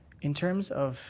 in terms of